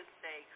say